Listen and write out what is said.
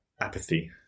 apathy